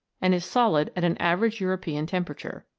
and is solid at an average european temperature.